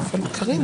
קארין,